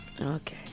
Okay